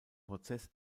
prozess